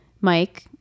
Mike